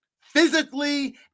Physically